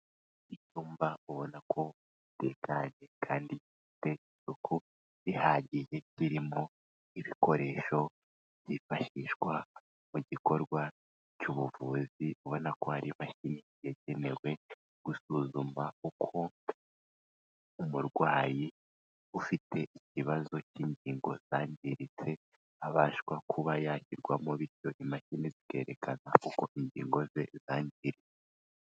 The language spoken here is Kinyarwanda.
Icyumba ubona ko gitekanye kandi gifite isuku ihagije, kirimo ibikoresho byifashishwa mu gikorwa cy'ubuvuzi, ubona ko hari imashini yagenewe gusuzuma uko umurwayi ufite ikibazo cy'ingingo zangiritse, abasha kuba yashyigirwamo bityo imashini zikerekana uko ingingo ze zangiritse.